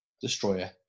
destroyer